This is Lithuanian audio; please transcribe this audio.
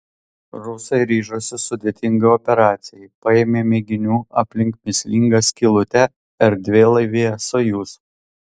rusai ryžosi sudėtingai operacijai paėmė mėginių aplink mįslingą skylutę erdvėlaivyje sojuz